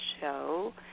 show